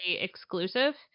exclusive